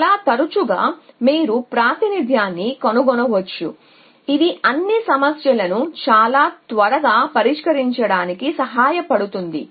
చాలా తరచుగా మీరు ప్రాతినిధ్యాన్ని కనుగొనవచ్చు మరియు ఇది అన్ని సమస్యలను చాలా త్వరగా పరిష్కరించడానికి సహాయపడుతుంది